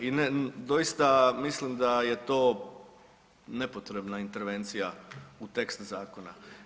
I doista mislim da je to nepotrebna intervencija u tekst zakona.